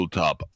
top